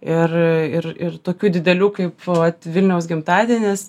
ir ir ir tokių didelių kaip vat vilniaus gimtadienis